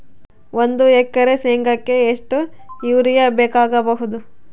ಒಂದು ಎಕರೆ ಶೆಂಗಕ್ಕೆ ಎಷ್ಟು ಯೂರಿಯಾ ಬೇಕಾಗಬಹುದು?